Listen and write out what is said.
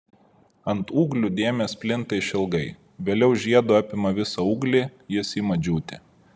ant ūglių dėmės plinta išilgai vėliau žiedu apima visą ūglį jis ima džiūti